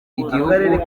igihugu